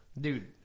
Dude